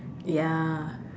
ya